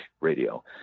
radio